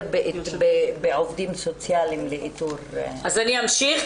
בעובדים סוציאליים באיתור- -- אז אני אמשיך,